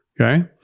Okay